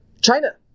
China